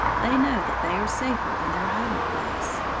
they know that they are safer in their hiding place.